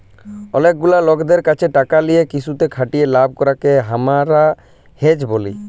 অলেক গুলা লকদের ক্যাছে টাকা লিয়ে কিসুতে খাটিয়ে লাভ করাককে হামরা হেজ ব্যলি